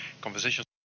conversations